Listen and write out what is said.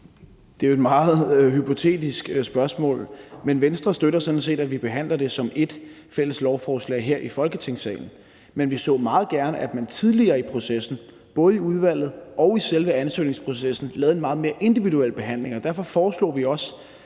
Det er jo et meget hypotetisk spørgsmål, men Venstre støtter sådan set, at vi behandler det som ét fælles lovforslag her i Folketingssalen. Men vi så meget gerne, at man tidligere i processen, både i udvalget og i selve ansøgningsprocessen, lavede en meget mere individuel behandling. Og derfor foreslog vi også